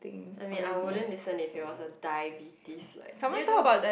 I mean I wouldn't listen if it was a diabetes like did you do